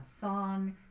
song